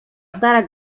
stara